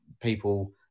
people